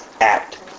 act